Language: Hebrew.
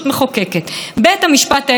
אז בואו נעשה סדר: קודם כול,